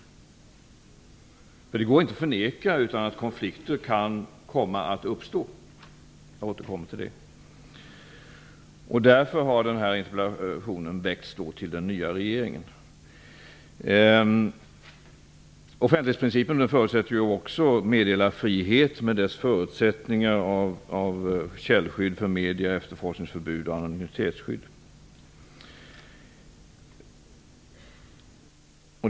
Det går nämligen inte att förneka att konflikter kan komma att uppstå. Jag återkommer till det. Av denna anledning har vi framställt den här interpellationen till den nya regeringen. Offentlighetsprincipen förutsätter också meddelarfrihet, med dess förutsättningar av källskydd för medier, efterforskningsförbud och anonymitetsskydd.